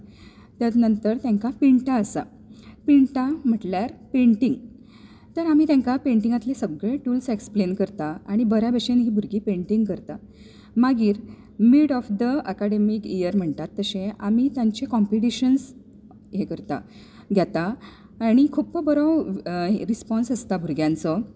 त्या नंतर तांकां पेंटा आसात पेंटा म्हणटल्यार पेंटींग तर आमी तांकां पेंटींगांतलीं सगळीं टुल्स एक्सप्लेन करतात आनी बऱ्या भशेन हीं भुरगीं पेंटींग करता मागीर mid of the academic year म्हणटात तशें आमी तांची कॉम्पिटीशन हें करता घेता आनी खूब बरो रिस्पोंस आसता भुरग्यांचो